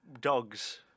dogs